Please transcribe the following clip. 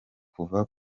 kuva